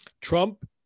Trump